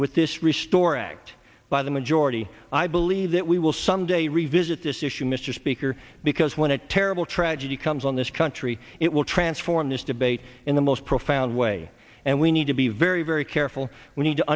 with this restore act by the majority i believe that we will someday revisit this issue mr speaker because when a terrible tragedy comes on this country it will transform this debate in the most profound way and we need to be very very careful we need to